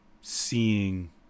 seeing